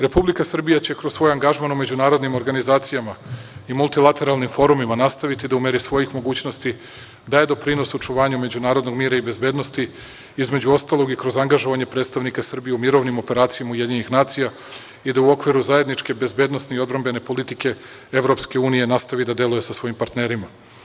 Republika Srbija će kroz svoj angažman u međunarodnim organizacijama i multilateralnim forumima nastaviti da u meri svojih mogućnosti daje doprinos očuvanju međunarodnog mira i bezbednosti, između ostalog i kroz angažovanje predstavnika Srbije i mirovnim operacijama UN i da u okviru zajedničke bezbednosne i odbrambene politike EU nastavi da deluje sa svojim partnerima.